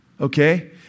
okay